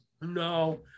No